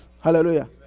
Hallelujah